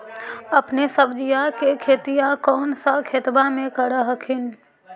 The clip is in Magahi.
अपने सब्जिया के खेतिया कौन सा खेतबा मे कर हखिन?